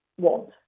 want